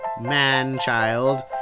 man-child